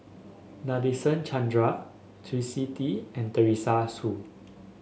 Nadasen Chandra Twisstii and Teresa Hsu